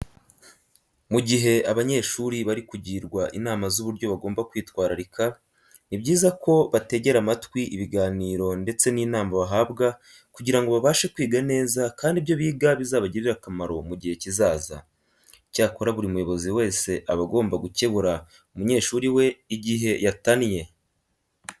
Mu gihe abanyeshuri bari kugirwa inama z'uburyo bagomba kwitwararika, ni byiza ko bategera amatwi ibiganiro ndetse n'inama bahabwa kugira ngo babashe kwiga neza kandi ibyo biga bizabagirire akamaro mu gihe kizaza. Icyakora buri muyobozi wese aba agomba gukebura umunyeshuri we igihe yatannye.